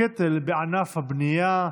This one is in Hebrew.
הקטל בענף הבנייה,